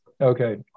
Okay